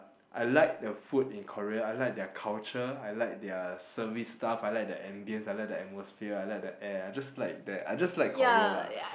I like the food in Korea I like their culture I like their service staff I like the ambience I like the atmosphere I like the air I just like that I just like Korea lah